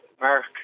Mark